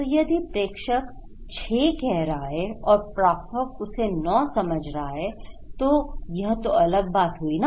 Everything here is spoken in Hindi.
तो यदि प्रेषक 6 कह रहा है और प्रापक उसे 9 समझ रहा है तो यह तो अलग बात हुई है ना